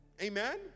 Amen